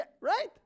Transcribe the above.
Right